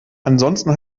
ansonsten